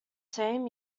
same